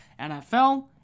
NFL